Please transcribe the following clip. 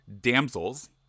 damsels